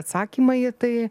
atsakymą į tai